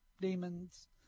Demons